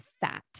fat